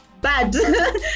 Bad